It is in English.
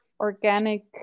organic